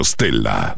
Stella